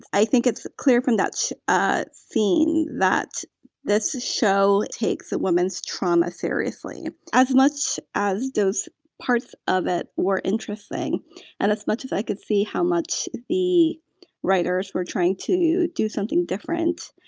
i think it's clear from that ah scene that this show takes that woman's trauma seriously as much as those parts of it were interesting and as much as i could see how much the writers were trying to do something different.